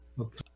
okay